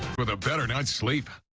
with a better night's sleep.